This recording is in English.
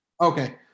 Okay